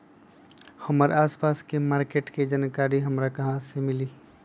हमर आसपास के मार्किट के जानकारी हमरा कहाँ से मिताई?